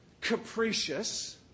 capricious